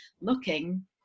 looking